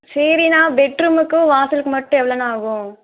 சரிண்ணா பெட்ரூமுக்கும் வாசலுக்கும் மட்டும் எவ்ளோ அண்ணா ஆகும்